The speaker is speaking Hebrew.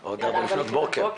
בטח עד 4:00 לפנות בוקר.